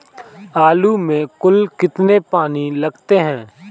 आलू में कुल कितने पानी लगते हैं?